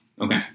Okay